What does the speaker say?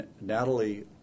Natalie